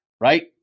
right